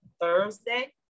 Thursday